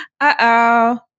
uh-oh